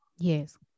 Yes